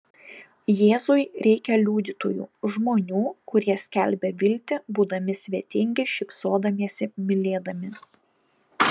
jėzui reikia liudytojų žmonių kurie skelbia viltį būdami svetingi šypsodamiesi mylėdami